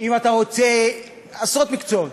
עשרות מקצועות.